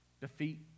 defeat